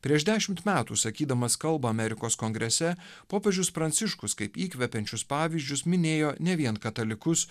prieš dešimt metų sakydamas kalbą amerikos kongrese popiežius pranciškus kaip įkvepiančius pavyzdžius minėjo ne vien katalikus